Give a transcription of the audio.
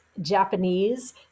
Japanese